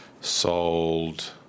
sold